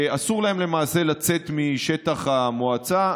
שאסור להם, למעשה, לצאת משטח המועצה.